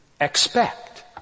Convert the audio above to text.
expect